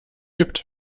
übt